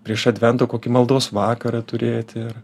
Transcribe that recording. prieš adventą kokį maldos vakarą turėti ir